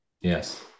Yes